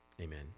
amen